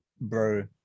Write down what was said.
bro